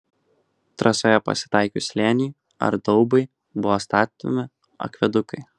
trasoje pasitaikius slėniui ar daubai buvo statomi akvedukai